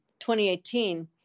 2018